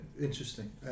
interesting